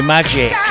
Magic